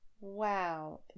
wow